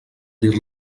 dir